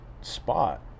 spot